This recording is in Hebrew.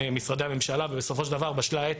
משרדי הממשלה ובסופו של דבר בשלה העת,